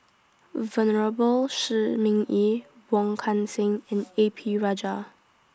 Venerable Shi Ming Yi Wong Kan Seng and A P Rajah